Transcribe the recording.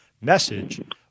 message